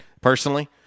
personally